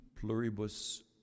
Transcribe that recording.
pluribus